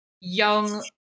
young